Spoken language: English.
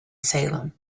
salem